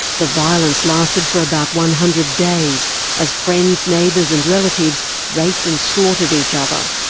the violence lasted for about one hundred days as friends, neighbours and relatives raped and slaughtered each other.